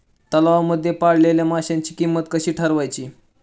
तलावांमध्ये पाळलेल्या माशांची किंमत कशी ठरवायची?